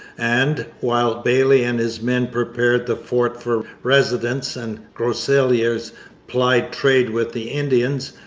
and, while bayly and his men prepared the fort for residence and groseilliers plied trade with the indians,